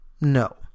No